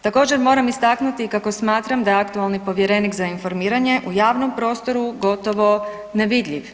Također, moram istaknuti kako smatram da aktualni povjerenik za informiranje u javnom prostoru gotovo nevidljiv.